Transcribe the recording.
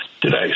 today